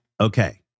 Okay